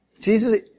Jesus